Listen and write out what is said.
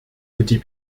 petit